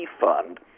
fund